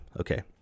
Okay